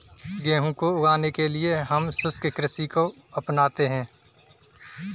गेहूं को उगाने के लिए हम शुष्क कृषि को अपनाते हैं